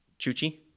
Chuchi